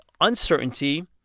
uncertainty